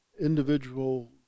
individual